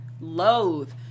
loathe